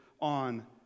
on